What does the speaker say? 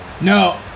No